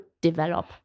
develop